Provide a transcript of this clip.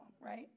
right